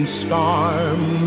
storm